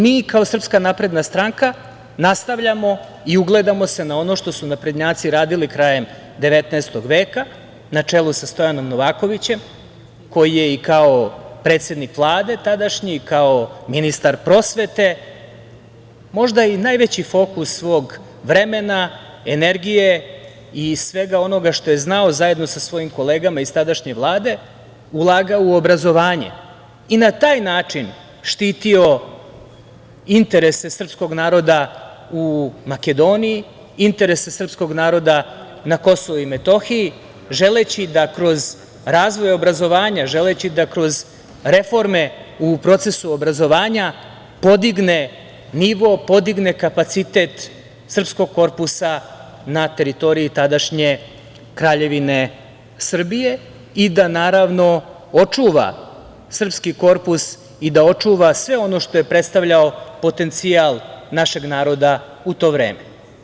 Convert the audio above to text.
Mi kao SNS nastavljamo i ugledamo se na ono što su naprednjaci radili krajem 19. veka na čelu sa Stojanom Novakovićem, koji je i kao predsednik Vlade tadašnji, kao ministar prosvete možda i najveći fokus svog vremena, energije i svega onoga što je znao zajedno sa svojim kolegama iz tadašnje Vlade ulagao u obrazovanje i na taj način štitio interese srpskog naroda u Makedoniji, interese srpskog naroda na KiM , želeći da kroz razvoj obrazovanja, želeći da kroz reforme u procesu obrazovanja podigne nivo, podigne kapacitet srpskog korpusa na teritoriji tadašnje Kraljevine Srbije i da očuva srpski korpus i da očuva sve ono što je prestavljao potencijal našeg naroda u to vreme.